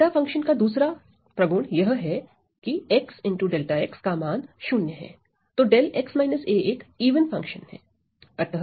delta function का दूसरा प्रगुण यह है x𝜹 का मान 0 है तो 𝜹 एक इवन फंक्शन है